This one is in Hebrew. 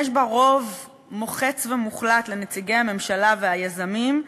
יש בה רוב מוחץ ומוחלט לנציגי הממשלה והיזמים,